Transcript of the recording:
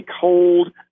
cold